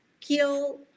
kill